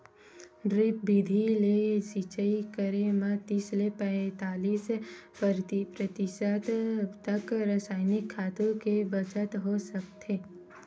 drip बिधि ले सिचई करे म तीस ले पैतालीस परतिसत तक रसइनिक खातू के बचत हो सकथे